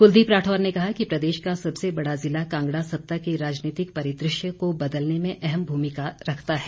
कुलदीप राठौर ने कहा कि प्रदेश का सबसे बड़ा ज़िला कांगड़ा सत्ता के राजनीति परिदृश्य को बदलने में अहम भूमिका रखता है